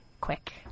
quick